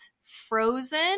frozen